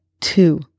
two